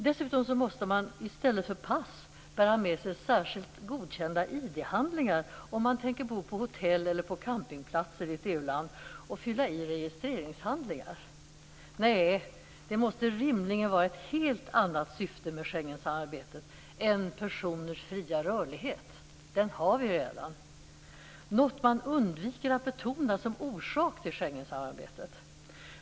Dessutom måste man i stället för pass bära med sig särskilt godkända ID-handlingar om man tänker bo på hotell eller campingplats i ett EU-land och fylla i registreringshandlingar. Nej, det måste rimligen vara ett helt annat syfte med Schengensamarbetet än personers fria rörlighet. Den har vi redan. Det måste vara något man undviker att betona som orsak till Schengensamarbetet.